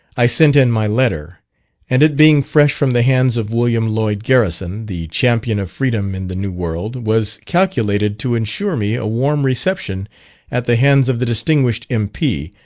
i sent in my letter and it being fresh from the hands of william lloyd garrison, the champion of freedom in the new world, was calculated to insure me a warm reception at the hands of the distinguished m p.